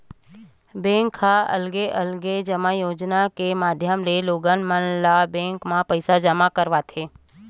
bank ह अलगे अलगे जमा योजना के माधियम ले लोगन मन ल बेंक म पइसा जमा करवाथे